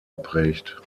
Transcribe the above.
geprägt